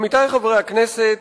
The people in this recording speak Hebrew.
עמיתי חברי הכנסת,